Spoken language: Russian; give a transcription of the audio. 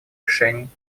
решений